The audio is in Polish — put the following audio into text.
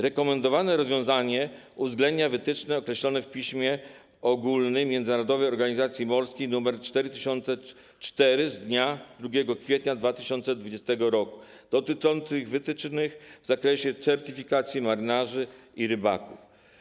Rekomendowane rozwiązanie uwzględnia wytyczne określone w piśmie okólnym Międzynarodowej Organizacji Morskiej nr 4204 z dnia 2 kwietnia 2020 r. dotyczącym wytycznych w zakresie certyfikacji marynarzy i rybaków.